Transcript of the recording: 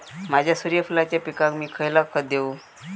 माझ्या सूर्यफुलाच्या पिकाक मी खयला खत देवू?